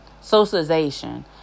socialization